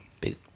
big